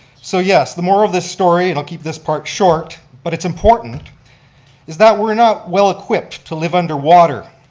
so yes, the moral of this story, and i'll keep this part short, but it's important is that we're not well equipped to live underwater.